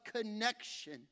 connection